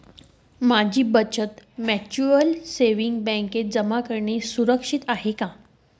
माझी बचत mutual savings बँकेत जमा करणे सुरक्षित आहे का